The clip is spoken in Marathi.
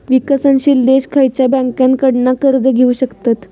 विकसनशील देश खयच्या बँकेंकडना कर्ज घेउ शकतत?